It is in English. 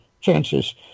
chances